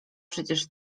przecież